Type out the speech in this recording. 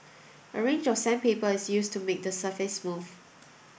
a range of sandpaper is used to make the surface smooth